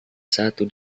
satu